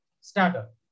startup